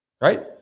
right